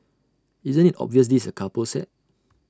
isn't IT obvious this is A couple set